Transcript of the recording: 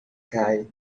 cai